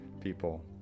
people